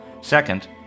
Second